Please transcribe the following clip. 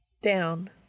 down